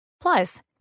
Plus